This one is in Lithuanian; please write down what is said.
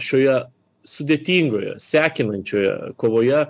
šioje sudėtingoje sekinančioje kovoje